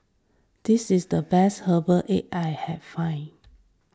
this is the best Herbal Egg I have find